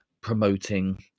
promoting